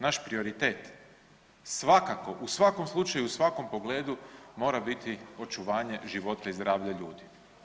Naš prioritet svakako u svakom slučaju u svakom pogledu mora biti očuvanje života i zdravlja ljudi.